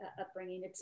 upbringing